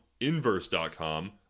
inverse.com